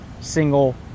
single